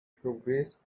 progresses